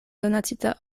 donacita